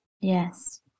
Yes